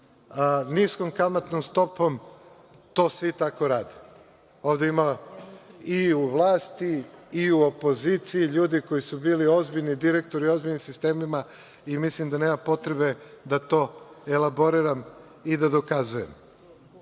niskom kamatnom stopom, to svi tako rade. Ovde ima i u vlasti, i u opoziciji, ljudi koji su bili ozbiljni direktori, ozbiljnim sistemima i mislim da nema potrebe da to elaboriram i da dokazujem.Zašto